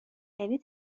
یعنی